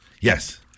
yes